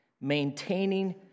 maintaining